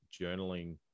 journaling